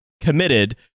committed